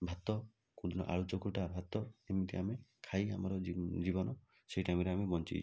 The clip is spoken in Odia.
ଭାତ କେଉଁଦିନ ଆଳୁ ଚକଟା ଭାତ ଏମିତି ଆମେ ଖାଇ ଆମର ଜୀ ଜୀବନ ସେଇ ଟାଇମରେ ଆମେ ବଞ୍ଚେଇଛୁ